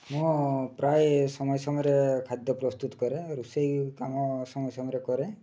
ମୁଁ ପ୍ରାୟ ସମୟ ସମୟରେ ଖାଦ୍ୟ ପ୍ରସ୍ତୁତ କରେ ରୋଷେଇ କାମ ସମୟ ସମୟରେ କରେ